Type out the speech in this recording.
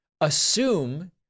Assume